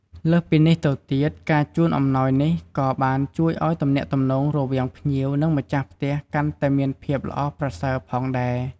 លើសពីនេះទៅទៀតការជូនអំណោយនេះក៏បានជួយឲ្យទំនាក់ទំនងរវាងភ្ញៀវ និងម្ចាស់ផ្ទះកាន់តែមានភាពល្អប្រសើរផងដែរ។